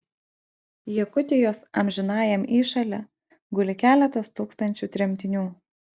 jakutijos amžinajam įšale guli keletas tūkstančių tremtinių